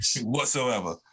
whatsoever